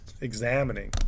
examining